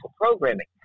programming